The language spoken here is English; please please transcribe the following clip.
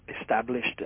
established